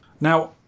Now